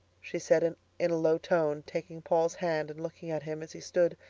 she said in a low tone, taking paul's hand and looking at him as he stood,